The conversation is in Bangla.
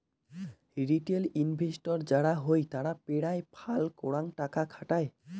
রিটেল ইনভেস্টর যারা হই তারা পেরায় ফাল করাং টাকা খাটায়